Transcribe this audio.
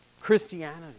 Christianity